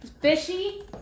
fishy